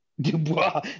Dubois